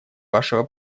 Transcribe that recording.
вашего